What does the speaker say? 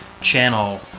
channel